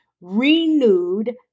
renewed